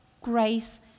grace